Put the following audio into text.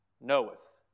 knoweth